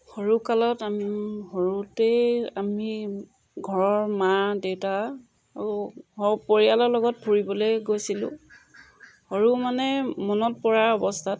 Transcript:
সৰু কালত আমি সৰুতেই আমি ঘৰৰ মা দেউতা আৰু সপৰিয়ালৰ লগত ফুৰিবলৈ গৈছিলোঁ সৰু মানে মনত পৰা অৱস্থাত